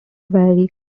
very